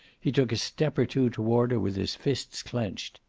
he took a step or two toward her, with his fists clenched.